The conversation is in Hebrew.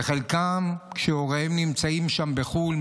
חלקם כשהוריהם נמצאים שם בחו"ל,